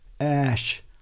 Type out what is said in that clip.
ash